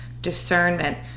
discernment